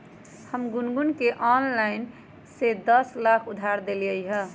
हम गुनगुण के ऑनलाइन से दस लाख उधार देलिअई ह